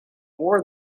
more